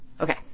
Okay